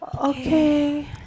Okay